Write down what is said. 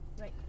right